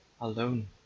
alone